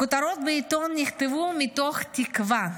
הכותרות בעיתון נכתבו מתוך תקווה,